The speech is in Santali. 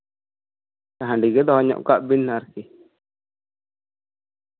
ᱦᱟᱸᱹᱰᱤᱜᱮ ᱫᱚᱦᱚ ᱧᱚᱜ ᱠᱟᱜ ᱵᱮᱱ ᱟᱨᱠᱤ